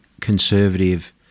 conservative